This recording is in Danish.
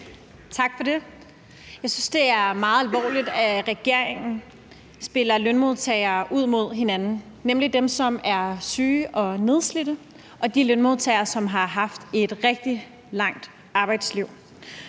Tak for det. Jeg synes, det er meget alvorligt, at regeringen spiller lønmodtagere ud mod hinanden, nemlig dem, som er syge og nedslidte, og de lønmodtagere, som har haft et rigtig langt arbejdsliv.